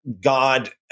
God